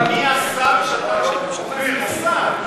אני לא מתכוון להיות ג'נטלמן.